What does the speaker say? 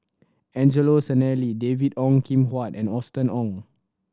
Angelo Sanelli David Ong Kim Huat and Austen Ong